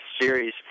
series